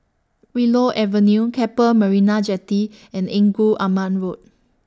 Willow Avenue Keppel Marina Jetty and Engku Aman Road